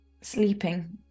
sleeping